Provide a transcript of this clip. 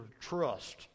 trust